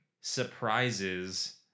surprises